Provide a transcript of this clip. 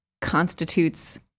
constitutes